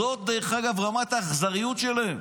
זאת, דרך אגב, רמת האכזריות שלהם.